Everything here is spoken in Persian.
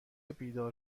بیدار